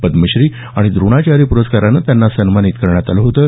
पद्मश्री आणि द्रोणाचार्य प्रस्कारानं त्यांना सन्मानित करण्यात आलं होतं